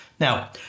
Now